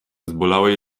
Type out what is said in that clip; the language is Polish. zbolałej